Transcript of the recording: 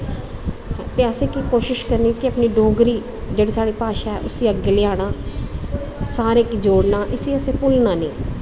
ते असें केह् कोशश करनी कि अपनी डोगरी जेह्ड़ी साढ़ी भाशा ऐ उस्सी असें अग्गें लेआना सारें गी जोड़ना इस्सी असें भुल्लना नेईँ